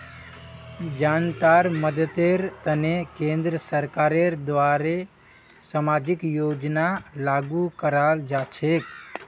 जनतार मददेर तने केंद्र सरकारेर द्वारे सामाजिक योजना लागू कराल जा छेक